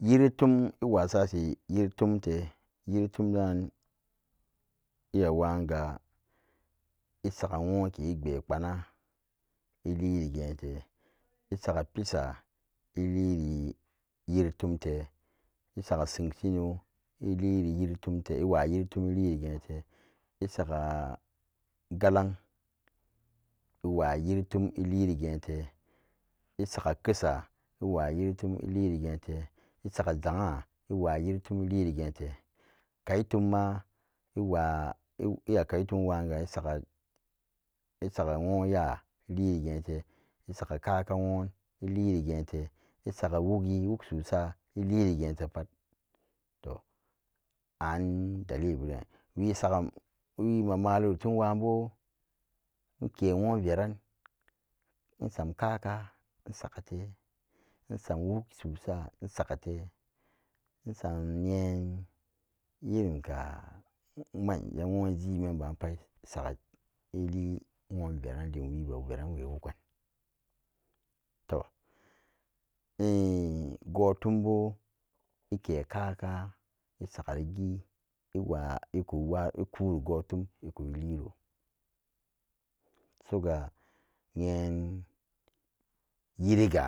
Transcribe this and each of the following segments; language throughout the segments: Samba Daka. Yeritam iwasachi yeritom yiri tom dan iyaman ga isaga won ke agya kpana ilire gete isa ga pesa iliri gen ta isaga sen shino ilirin yiri tom top iwa yiri tuna te isaga galan inna yiritom iliri gente isa ga kesa iwa yiri tom iliri gente isa ga zanna iwa yiri ton iliri gente kai toma uiwa ikai tomwaga isaga isaga iwon ya ilire gente isa. ga kaka won ilirere gente isaga wak susa ilirire gente pat and dalili bu deen iwesaga wi ma malori tom wanbe inke wonveran insam kaka in sam widi susa sa gate sanyen yaren ka manja wun ji menu pat isa ga ile won veran dem webe veran we wakan in gotombu ike kaka isa gu rage iwa iko koro gutom ika lero su ga nen yiri ga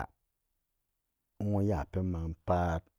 won ya penban pat.